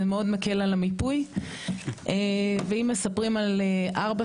זה מאוד מקל על המיפוי ואם מספרים על ארבע